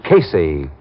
Casey